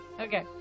okay